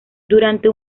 durante